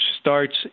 starts